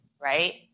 right